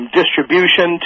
distribution